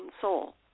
soul